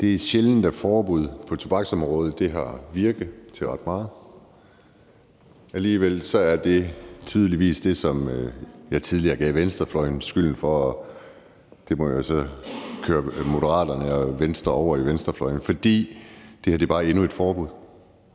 Det er sjældent, at forbud på tobaksområdet har virket til ret meget. Alligevel er det tydeligvis det, det her er. Det er noget, som jeg tidligere gav venstrefløjen skylden for, og der må jeg så køre Moderaterne og Venstre over på venstrefløjen, for det her er bare endnu et forbud.